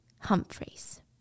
Humphreys